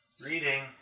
Reading